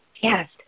Yes